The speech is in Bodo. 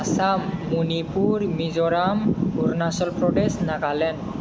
आसाम मणिपुर मिजराम अरुणाचल प्रदेश नागालेण्ड